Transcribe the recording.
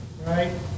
right